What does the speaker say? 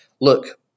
look